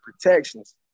protections